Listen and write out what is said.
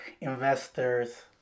investors